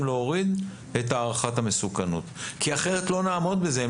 להוריד את הערכת המסוכנות כי אחרת לא נעמוד בזה.